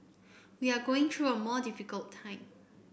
we are going through a more difficult time